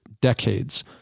decades